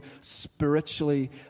spiritually